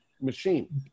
machine